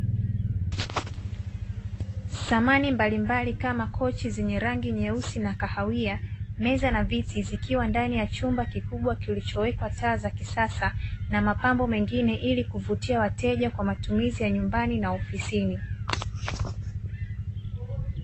Samani mbalimbali kama kochi zenye rangi nyeusi na kahawia, meza na viti zikiwa ndani ya chumba kikubwa kilichowekwa taa za kisasa na mapambo mengine, ili kuvutia wateja kwa matumizi ya nyumbani na ofisini.